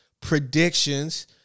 predictions